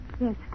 Yes